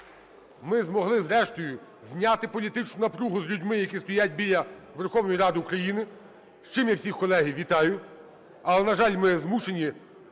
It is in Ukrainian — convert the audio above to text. Ми змогли, зрештою, зняти політичну напругу з людьми, які стоять біля Верховної Ради України, з чим я всіх, колеги, вітаю. Але, на жаль, ми змушені